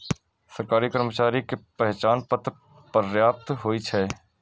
सरकारी कर्मचारी के पहचान पत्र पर्याप्त होइ छै